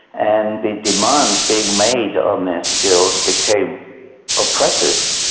and the demands being made on their skills became oppressive,